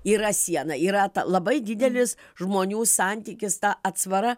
yra siena yra labai didelis žmonių santykis ta atsvara